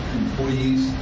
employees